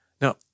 Now